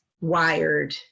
wired